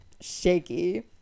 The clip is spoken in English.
shaky